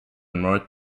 north